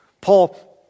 Paul